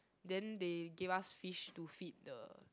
then they gave us fish to feed the